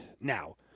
Now